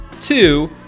Two